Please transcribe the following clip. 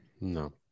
No